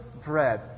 dread